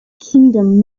kingdom